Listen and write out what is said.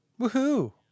Woohoo